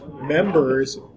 members